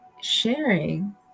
sharing